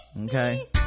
okay